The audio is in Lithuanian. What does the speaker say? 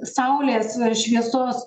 saulės šviesos